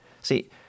See